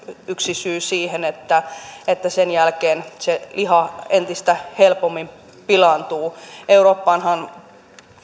yksi syy siihen että että sen jälkeen se liha entistä helpommin pilaantuu eurooppaanhan